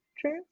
true